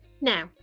Now